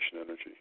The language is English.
energy